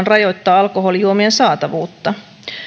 rajoittaa alkoholijuomien saatavuutta